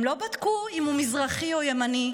הם לא בדקו אם הוא מזרחי או ימני,